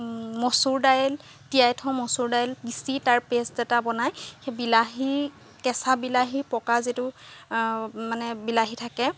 মচুৰ দাইল তিয়াই থওঁ মচুৰ দাইল পিচি তাৰ পেষ্ট এটা বনাই সেই বিলাহী কেঁচা বিলাহী পকা যিটো মানে বিলাহী থাকে